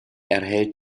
erhält